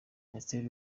minisiteri